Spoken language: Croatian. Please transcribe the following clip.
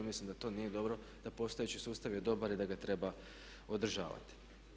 Mislim da to nije dobro da postojeći sustav je dobar i da ga treba podržavati.